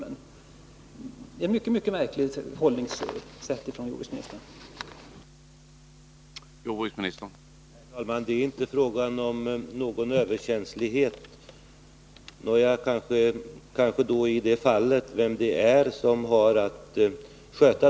Det är en mycket, mycket märklig hållning som jordbruksministern ger uttryck för.